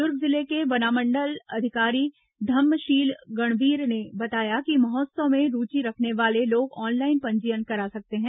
दुर्ग जिले के वनमंडला अधिकारी धम्मशील गणवीर ने बताया कि महोत्सव में रूचि रखने वाले लोग ऑनलाइन पंजीयन करा सकते हैं